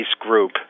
group